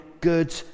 good